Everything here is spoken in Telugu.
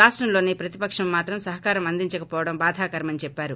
రాష్టంలోని ప్రతిపక్షం మాత్రం సహకారం అందించకపోవడం బాధాకరమని చెప్పారు